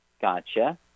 Gotcha